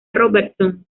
robertson